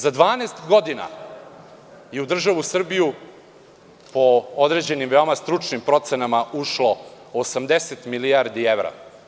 Za 12 godina je u državu Srbiju, po određenim veoma stručnim procenama, ušlo 80 milijardi evra.